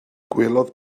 gwelodd